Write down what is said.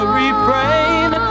refrain